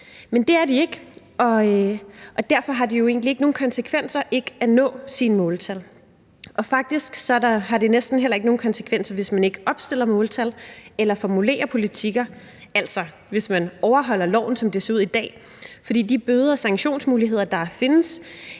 Men det er de ikke, og derfor har det jo egentlig ikke nogen konsekvenser ikke at nå sine måltal. Og faktisk har det næsten heller ikke nogen konsekvenser, hvis man ikke opstiller måltal eller formulerer politikker, altså ikke overholder loven, som den ser ud i dag, fordi de bøder og sanktionsmuligheder, der findes